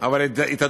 אבל היא תדון,